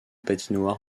patinoire